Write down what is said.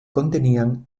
contenían